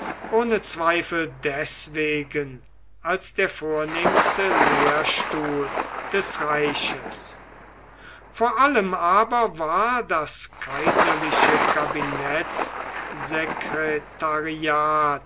ohne zweifel deswegen als der vornehmste lehrstuhl des reiches vor allem aber war das kaiserliche